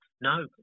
No